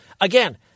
Again